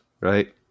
right